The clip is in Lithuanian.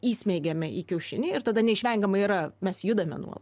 įsmeigiame į kiaušinį ir tada neišvengiamai yra mes judame nuo